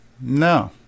No